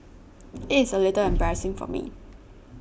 it is a little embarrassing for me